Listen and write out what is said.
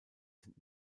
sind